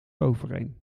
overeen